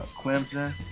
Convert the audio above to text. Clemson